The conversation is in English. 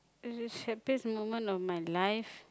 is this happiest moment of my life